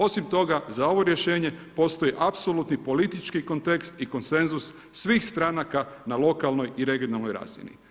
Osim toga za ovo rješenje postoji apsolutni politički kontekst i konsenzus svih stranaka na lokalnoj i regionalnoj razini.